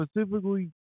specifically